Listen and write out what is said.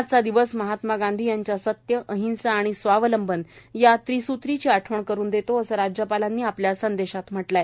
आजचा दिवस महात्मा गांधी यांच्या सत्य अहिंसा आणि स्वावलंबन या त्रिसूत्रीची आठवण करून देतो असं राज्यपालांनी आपल्या संदेशात म्हटलं आहे